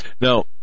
Now